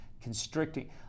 constricting